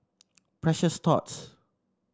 Precious Thots